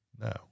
No